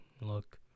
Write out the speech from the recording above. look